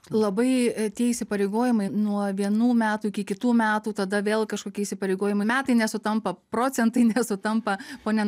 labai tie įsipareigojimai nuo vienų metų iki kitų metų tada vėl kažkokie įsipareigojimai metai nesutampa procentai nesutampa pone